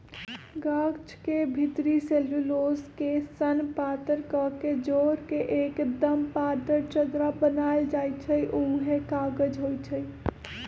गाछ के भितरी सेल्यूलोस के सन पातर कके जोर के एक्दम पातर चदरा बनाएल जाइ छइ उहे कागज होइ छइ